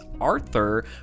Arthur